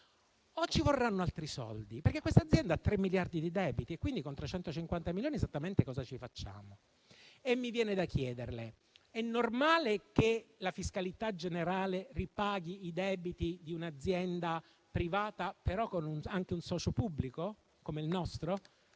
se ci vorranno altri soldi, perché questa azienda ha tre miliardi di debiti e quindi con 350 milioni esattamente cosa ci facciamo? Mi viene da chiederle se sia normale che la fiscalità generale ripaghi i debiti di un'azienda privata, anche in presenza di un socio pubblico come il nostro.